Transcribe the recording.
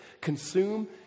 consume